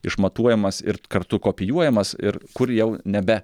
išmatuojamas ir kartu kopijuojamas ir kur jau nebe